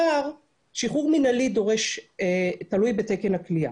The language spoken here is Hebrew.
שחרור מינהלי תלוי בתקן הכליאה.